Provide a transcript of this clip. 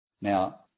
Now